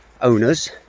owners